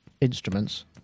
instruments